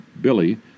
Billy